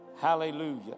Hallelujah